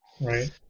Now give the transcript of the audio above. Right